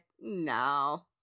no